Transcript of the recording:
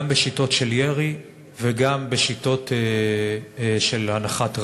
גם בשיטות של ירי וגם בשיטות של הנחת רעל.